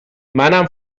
منم